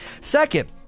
Second